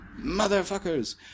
motherfuckers